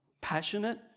passionate